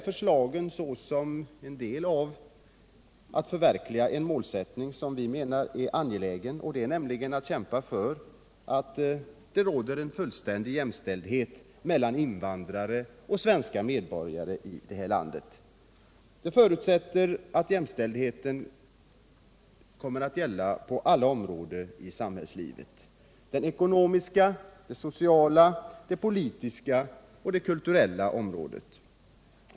Förslagen i motionen är en del i vår strävan att förverkliga en angelägen målsättning, nämligen att nå fullständig jämställdhet mellan invandrare och svenska medborgare i vårt land. Jämställdhet måste gälla på alla områden i samhällslivet: det ekonomiska, sociala, politiska och kulturella området.